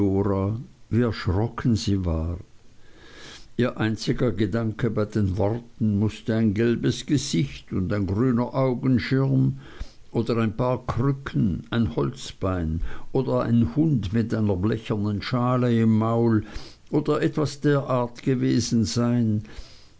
wie erschrocken sie war ihr einziger gedanke bei den worten mußte ein gelbes gesicht und ein grüner augenschirm oder ein paar krücken ein holzbein oder ein hund mit einer blechernen schale im maul oder etwas der art gewesen sein